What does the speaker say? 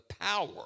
power